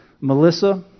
Melissa